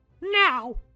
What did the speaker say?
now